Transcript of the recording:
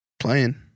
Playing